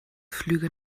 flüge